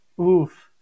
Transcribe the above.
oof